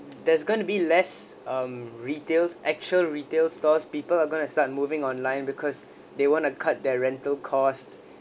there's going to be less um retails actual retail stores people are going to start moving online because they want to cut their rental cost